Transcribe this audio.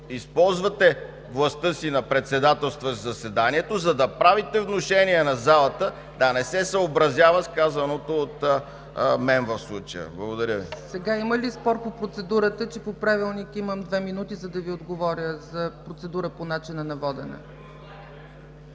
използвате властта си на председателстващ заседанието, за да правите внушения на залата да не се съобразява с казаното от мен в случая. Благодаря Ви. ПРЕДСЕДАТЕЛ ЦЕЦКА ЦАЧЕВА: Сега има ли спор по процедурата, че по Правилник имам две минути, за да Ви отговоря за процедурата по начина на водене?